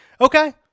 Okay